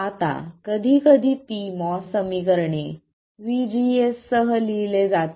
आता कधीकधी pMOS समीकरणे VGS सह लिहिले जाते